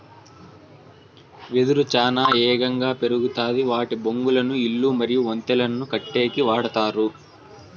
వెదురు చానా ఏగంగా పెరుగుతాది వాటి బొంగులను ఇల్లు మరియు వంతెనలను కట్టేకి వాడతారు